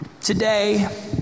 Today